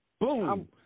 boom